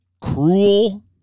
cruel